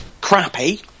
crappy